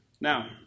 Now